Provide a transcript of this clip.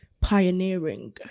pioneering